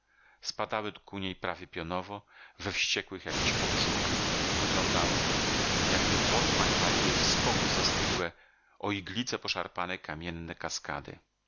spadały ku niej prawie pionowo we wściekłych jakichś podrzutach wyglądało to jakby w otchłań waliły w skoku zastygłe o iglice poszarpane kamienne kaskady